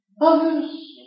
others